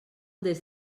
des